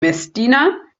messdiener